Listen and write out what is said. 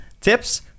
tips